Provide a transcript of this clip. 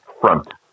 front